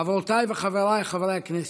חברותיי וחבריי חברי הכנסת,